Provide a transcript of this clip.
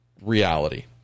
reality